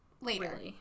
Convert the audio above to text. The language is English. Later